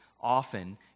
often